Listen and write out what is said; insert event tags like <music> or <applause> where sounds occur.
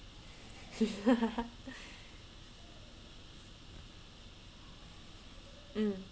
<laughs> mm